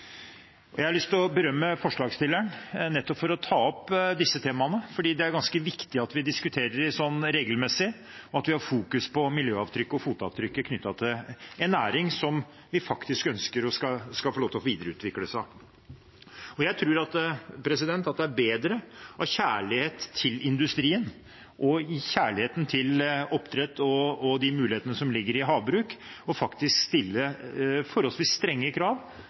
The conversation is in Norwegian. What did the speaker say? dette. Jeg har lyst til å berømme forslagsstilleren for å ta opp disse temaene, for det er ganske viktig at vi diskuterer dem regelmessig, og at vi fokuserer på miljøavtrykket og fotavtrykket knyttet til en næring som vi ønsker skal få lov til å videreutvikle seg. Jeg tror faktisk det er bedre, av kjærlighet til industrien, av kjærlighet til oppdrett og de mulighetene som ligger i havbruk, å stille forholdsvis strenge krav